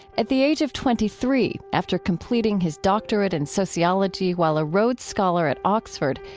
at the age of twenty three, after completing his doctorate in sociology while a rhodes scholar at oxford,